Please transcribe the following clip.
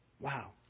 Wow